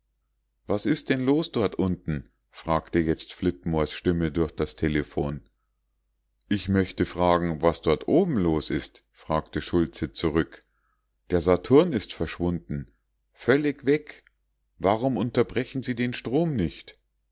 was ist denn los dort unten fragte jetzt flitmores stimme durch das telephon ich möchte fragen was dort oben los ist frug schultze zurück der saturn ist verschwunden völlig weg warum unterbrechen sie den strom nicht